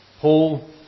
Paul